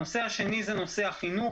הנושא השני הוא נושא החינוך,